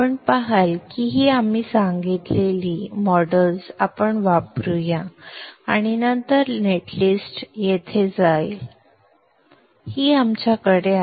आपण पहाल की सांगितलेली ही मॉडेल्स आपण वापरू या आणि नंतर नेट लिस्ट येथे येईल ही आमच्याकडे आहे